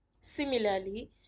Similarly